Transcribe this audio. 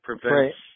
prevents